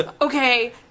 Okay